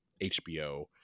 HBO